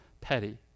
petty